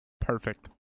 Perfect